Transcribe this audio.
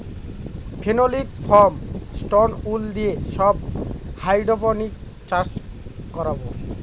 phenolic foam, stone wool দিয়ে সব hydroponics চাষ করাবো